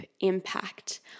impact